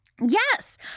Yes